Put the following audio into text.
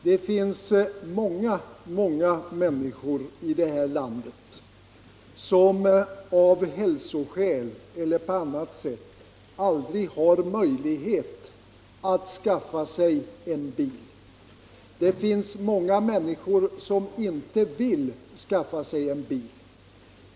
Det finns många människor i det här landet som av hälsoskäl eller andra orsaker aldrig har möjlighet att skaffa sig en bil, och det finns många människor som inte vill skaffa sig en bil.